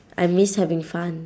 I miss having fun